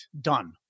done